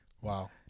Wow